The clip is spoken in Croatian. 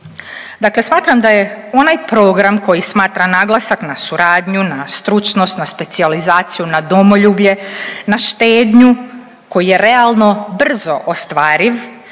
Dakle, smatram da je onaj program koji smatra naglasak na suradnju, na stručnost, na specijalizaciju, na domoljublje, na štednju, koji je realno brzo ostvariv